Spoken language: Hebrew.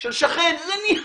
של שכן, זה נהיה,